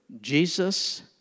Jesus